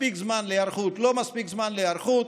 מספיק זמן להיערכות, לא מספיק זמן להיערכות.